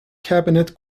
cabinet